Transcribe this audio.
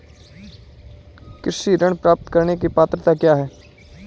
कृषि ऋण प्राप्त करने की पात्रता क्या है?